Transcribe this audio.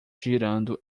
girando